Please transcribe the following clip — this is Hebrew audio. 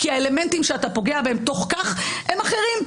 האלמנטים שאתה פוגע בהם תוך כך הם אחרים,